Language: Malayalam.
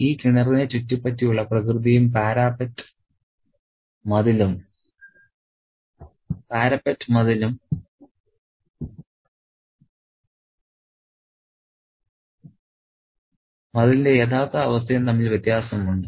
ഈ കിണറിനെ ചുറ്റിപ്പറ്റിയുള്ള പ്രകൃതിയും പാരപെറ്റ് മതിലും മതിലിന്റെ യഥാർത്ഥ അവസ്ഥയും തമ്മിൽ വ്യത്യാസമുണ്ട്